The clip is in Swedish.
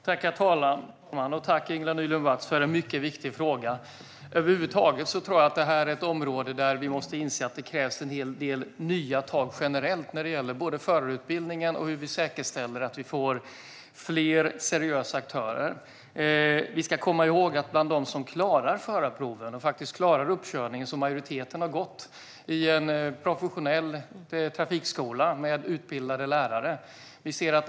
Herr talman! Tack för en mycket viktig fråga, Ingela Nylund Watz! Vi måste inse att det krävs en hel del nya tag på det här området, när det gäller förarutbildningen generellt och hur vi säkerställer att vi får fler seriösa aktörer. Vi ska komma ihåg att majoriteten av de som klarar förarproven och uppkörningen har gått i en professionell trafikskola som har utbildade lärare.